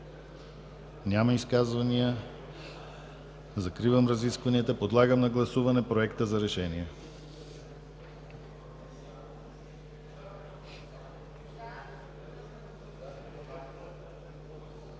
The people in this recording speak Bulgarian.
Няма изказвания. Закривам разискванията. Подлагам на гласуване Проекта за решение.